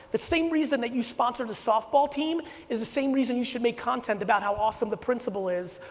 the same reason that you sponsor the softball team is the same reason you should make content about how awesome the principal is,